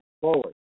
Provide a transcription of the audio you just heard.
forward